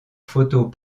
photos